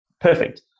Perfect